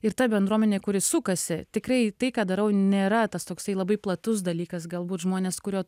ir ta bendruomenė kuri sukasi tikrai tai ką darau nėra tas toksai labai platus dalykas galbūt žmonės kurie